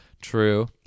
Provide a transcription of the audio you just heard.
True